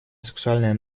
сексуальное